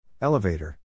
Elevator